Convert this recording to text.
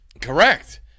Correct